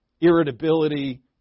irritability